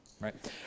right